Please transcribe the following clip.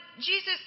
Jesus